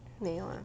没有 ah